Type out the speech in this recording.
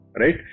Right